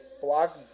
block